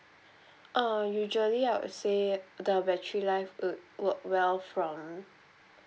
uh usually I would say the battery life would work well from